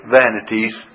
vanities